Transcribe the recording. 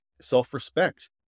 self-respect